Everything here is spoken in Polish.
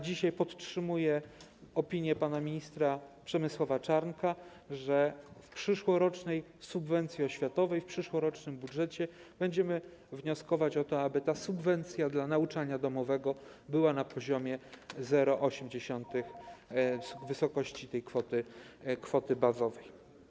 Dzisiaj podtrzymuję opinię pana ministra Przemysła Czarnka, że w przyszłorocznej subwencji oświatowej, w przyszłorocznym budżecie będziemy wnioskować o to, aby ta subwencja dla nauczania domowego była na poziomie 0,8 wysokości kwoty bazowej.